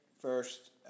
first